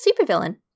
supervillain